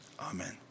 amen